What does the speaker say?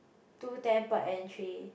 two ten per entry